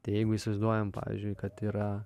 tai jeigu įsivaizduojam pavyzdžiui kad yra